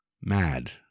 Mad